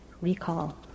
recall